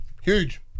huge